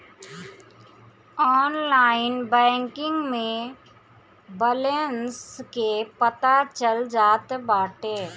online banking में balance के पता चल जात बाटे